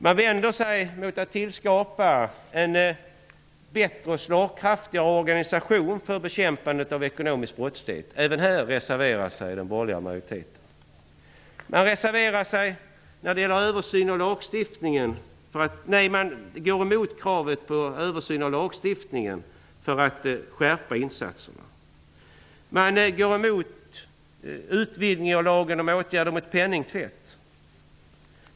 Man vänder sig mot tillskapandet av en bättre och slagkraftigare organisation för bekämpandet av ekonomisk brottslighet. Även här reserverar sig den borgerliga majoriteten. Man går också emot kravet på en översyn av lagstiftningen för att skärpa insatserna. Man går emot en utvidgning av lagen om åtgärder mot penningtvätt.